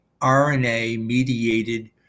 RNA-mediated